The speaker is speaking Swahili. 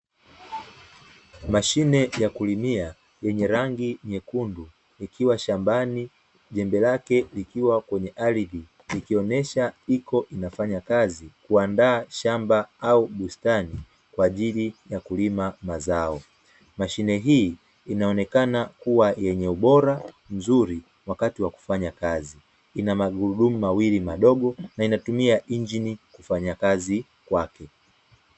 Mashine ya kulimia yenye rangi nyekundu, ikiwa shambani jembe lake likiwa kwenye ardhi ikionesha iko inafanya kazi kuandaa shamba au bustani kwa ajili ya kulima mazao. Mashine hii inaonekana kuwa yenye ubora mzuri wakati wa kufanya kazi. Ina magurudumu mawili madogo na inatumia injini kufanya kazi kwake.